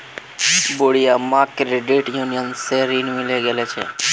बूढ़ी अम्माक credit union स ऋण मिले गेल छ